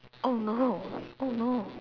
oh no oh no